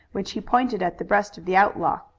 which he pointed at the breast of the outlaw.